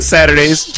Saturdays